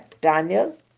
Daniel